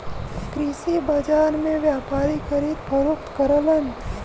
कृषि बाजार में व्यापारी खरीद फरोख्त करलन